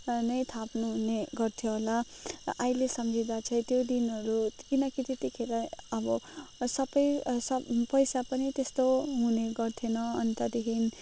नै थाप्नुहुने गर्थ्यो होला अहिले सम्झिँदा चाहिँ त्यो दिनहरू किनकि त्यतिखेर अब सबै पैसा पनि त्यस्तो हुने गर्थेन अनि त्यहाँदेखि